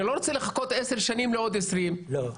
אני לא רוצה לחכות 10 שנים לעוד 20. לא.